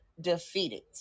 defeated